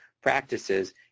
practices